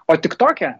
o tik tokę